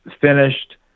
finished